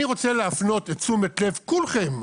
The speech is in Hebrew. אני רוצה להפנות את תשומת לב כולכם,